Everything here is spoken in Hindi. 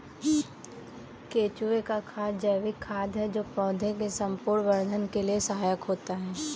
केंचुए का खाद जैविक खाद है जो पौधे के संपूर्ण वर्धन के लिए सहायक होता है